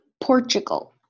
Portugal